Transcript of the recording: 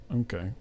Okay